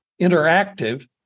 interactive